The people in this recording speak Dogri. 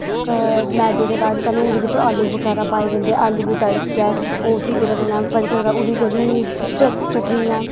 मैदे दे बाद साह्नू ओह्दे बिच्च आलू बगैरा पाए जंदे आलू गी तड़कियै उसी ओह्दे बिच्च भरेआ जंदा ओह्दी जेह्ड़ी चटनी ऐं